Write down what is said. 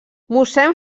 mossèn